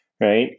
right